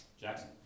Jackson